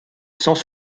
sans